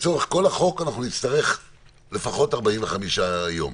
לצורך כל החוק אנחנו נצטרך לפחות 45 יום,